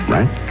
Right